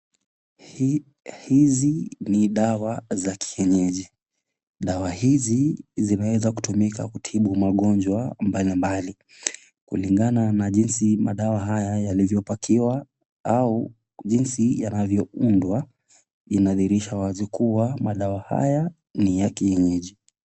Hizi ni dawa za kienyeji. Dawa hizi zinaweza zinatumika kutibu magonjwa mbalimbali. Kulingana na jinsi madawa haya yaliyopakiwa au jinsi yanavyo undwa, inadhihirisha kuwa madawa haya ni ya kienyeji.